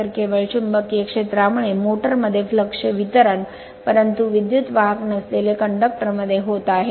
तर केवळ चुंबकीय क्षेत्रामुळे मोटर मध्ये फ्लक्सचे वितरण परंतु विद्युत् वाहक नसलेले कंडक्टर मध्ये होत आहे